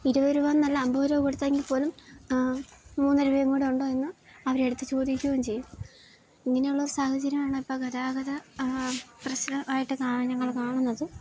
ഇരുപത് രൂപ എന്നല്ല അമ്പത് രൂപ കൊടുത്തെങ്കിൽ പോലും മൂന്ന് രൂപയും കൂടെ ഉണ്ടോ എന്ന് അവർ എടുത്ത് ചോദിക്കുകയും ചെയ്യും ഇങ്ങനെയുള്ള ഒരു സാഹചര്യമാണ് ഇപ്പം ഗതാഗത പ്രശ്നമായിട്ട് ഞങ്ങൾ കാണുന്നത്